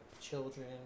children